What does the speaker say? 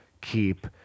keep